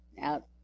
out